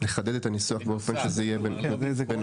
לחדד את הניסוח באופן שזה יהיה "בנוסף"?